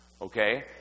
okay